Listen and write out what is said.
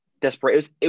Desperate